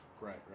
right